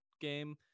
game